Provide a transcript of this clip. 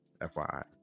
FYI